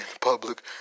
public